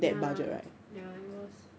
ya ya it was